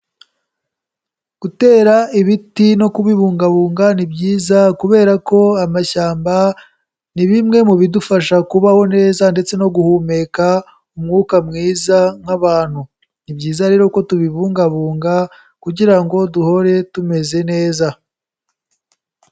Gutera ibiti no kubibungabunga ni byiza, kubera ko amashyamba ni bimwe mu bidufasha kubaho neza ndetse no guhumeka umwuka mwiza nk'abantu. Ni byiza rero ko tubibungabunga kugira ngo duhore tumeze neza.